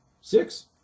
six